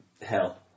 Hell